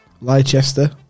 Leicester